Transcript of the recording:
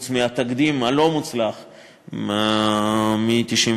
חוץ מהתקדים הלא-מוצלח מ-1996,